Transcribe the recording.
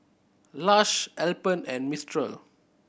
Lush Alpen and Mistral